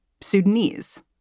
Sudanese